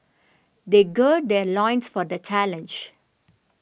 they gird their loins for the challenge